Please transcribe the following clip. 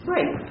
Right